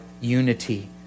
unity